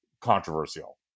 controversial